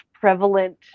prevalent